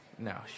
No